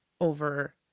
over